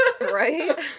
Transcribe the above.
Right